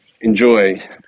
enjoy